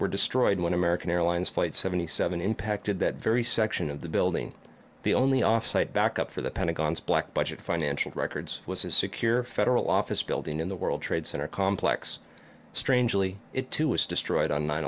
were destroyed when american airlines flight seventy seven impacted that very section of the building the only off site backup for the pentagon's black budget financial records was a secure federal office building in the world trade center complex strangely it too was destroyed on nine